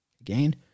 Again